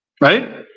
right